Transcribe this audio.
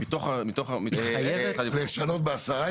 לשנות בעשרה,